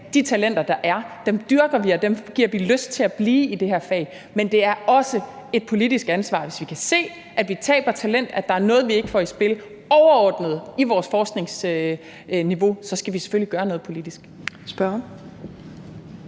de talenter, der er, dyrker vi, og dem giver vi lyst til at blive i de her fag. Men det er også et politisk ansvar. Hvis vi kan se, at vi taber talenter, at der er noget, vi ikke får i spil overordnet og på forskningsniveau, så skal vi selvfølgelig gøre noget politisk.